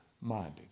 minded